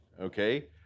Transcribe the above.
okay